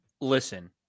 Listen